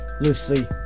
Loosely